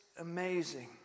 amazing